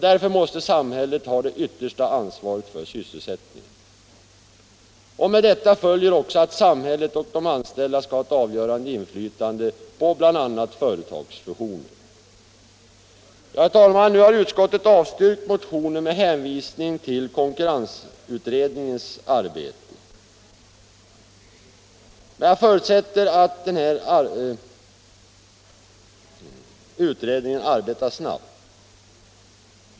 Därför måste samhället ha det yttersta ansvaret för sysselsättningen. Med detta följer också att samhället och de anställda skall ha ett avgörande inflytande på bl.a. företagsfusioner. Herr talman! Nu har utskottet avstyrkt motionen med hänvisning till konkurrensutredningens arbete. Men jag förutsätter att utredningen arbetar snabbt.